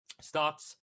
starts